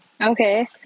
Okay